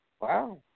Wow